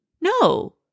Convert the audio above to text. No